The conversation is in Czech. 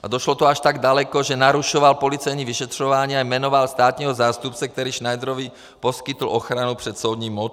A došlo to až tak daleko, že narušoval policejní vyšetřování a jmenoval státního zástupce, který Šnajdrovi poskytl ochranu před soudní mocí.